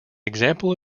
example